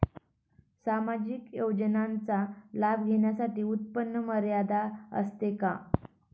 सामाजिक योजनांचा लाभ घेण्यासाठी उत्पन्न मर्यादा असते का?